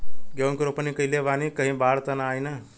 गेहूं के रोपनी कईले बानी कहीं बाढ़ त ना आई ना?